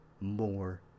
more